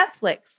Netflix